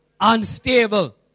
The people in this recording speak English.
unstable